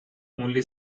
only